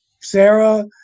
Sarah